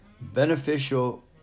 beneficial